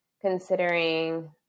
considering